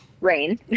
rain